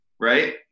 right